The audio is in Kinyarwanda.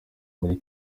muri